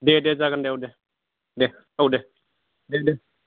दे दे जागोन दे औ दे दे औ दे दे दे